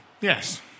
Yes